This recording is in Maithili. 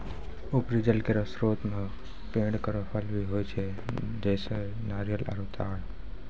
उपरी जल केरो स्रोत म पेड़ केरो फल भी होय छै, जैसें नारियल आरु तार